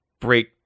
break